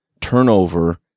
turnover